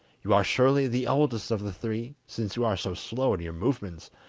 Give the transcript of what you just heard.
you are surely the oldest of the three, since you are so slow in your movements,